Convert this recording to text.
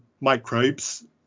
microbes